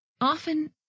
Often